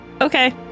Okay